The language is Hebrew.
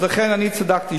לכן אני צדקתי,